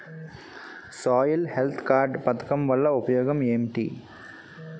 Soil health card పథకం వల్ల ఉపయోగం ఏంటి?